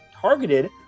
targeted